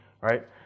right